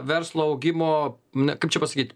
verslo augimo na kaip čia pasakyt